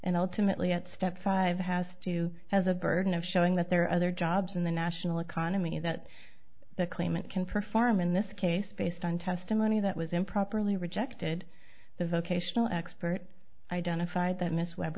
and ultimately at step five has to has a burden of showing that there are other jobs in the national economy that the claimant can perform in this case based on testimony that was improperly rejected the vocational expert identified that miss